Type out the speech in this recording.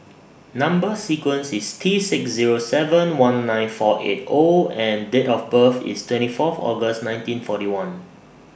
Number sequence IS T six Zero seven one nine four eight O and Date of birth IS twenty Fourth August nineteen forty one